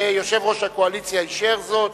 יושב-ראש הקואליציה אישר זאת.